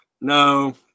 No